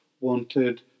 wanted